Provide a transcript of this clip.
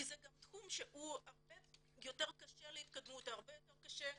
כי זה גם תחום שקשה הרבה יותר להתקדם בו וקשה לפרנסה.